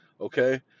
okay